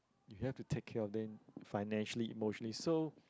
you have to take care of them financially emotionally so